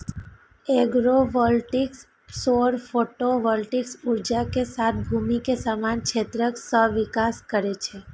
agrovoltaics सौर photovoltaic ऊर्जा के साथ भूमि के समान क्षेत्रक सहविकास करै छै